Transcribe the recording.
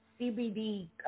CBD